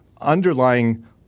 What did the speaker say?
underlying